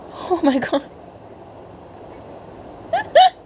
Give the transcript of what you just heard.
oh my god